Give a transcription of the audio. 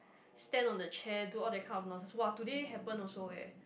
stand on the chair do all that kind of nonsense [wah] today happen also eh